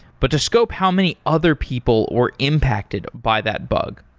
but to scope how many other people were impacted by that bug.